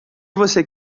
você